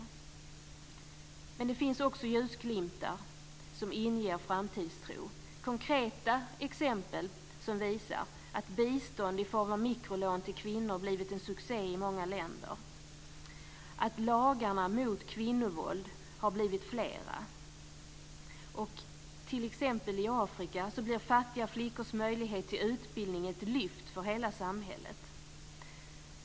Men det finns också ljusglimtar som inger framtidstro. Konkreta exempel som visar att bistånd i form av mikrolån till kvinnor blivit en succé i många länder och att lagarna mot kvinnovåld har blivit fler. I t.ex. Afrika blir fattiga flickors möjlighet till utbildning ett lyft för hela samhället.